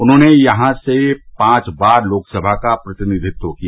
उन्होंने यहां से पांच बार लोकसभा का प्रतिनिधित्व किया